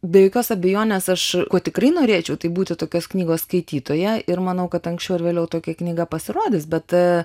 be jokios abejonės aš tikrai norėčiau taip būti tokios knygos skaitytoją ir manau kad anksčiau ar vėliau tokia knyga pasirodys bet